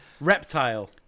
Reptile